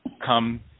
come